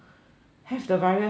have the virus or not